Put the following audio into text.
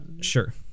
sure